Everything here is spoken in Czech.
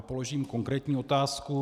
Položím konkrétní otázku.